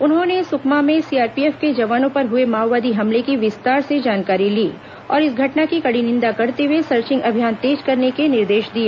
उन्होंने सुकमा में सीआरपीएफ के जवानों पर हुए माओवादी हमले की विस्तार से जानकारी ली और इस घटना की कड़ी निंदा करते हुए सर्विंग अभियान तेज करने के निर्देश दिए